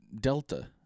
Delta